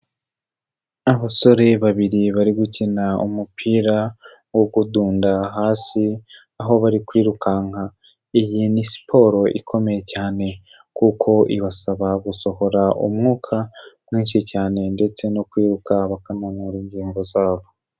Abasore babiri, bari gukina umupira, wo kudunda hasi, aho bari kwirukanka. Iyi ni siporo ikomeye cyane. Kuko ibasaba gusohora umwuka, mwinshi cyane, ndetse no kwiruka bakananura ingingo zabo.